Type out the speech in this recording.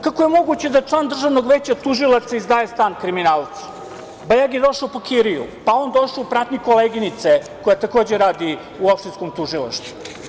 Kako je moguće da član Državnog veća tužilaca izdaje stan kriminalcu, kobajagi došao po kiriju, pa on došao u pratnji koleginice koja takođe radi u opštinskom tužilaštvu.